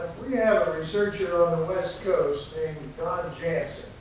we have a researcher on the west coast named don jansen,